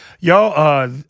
Y'all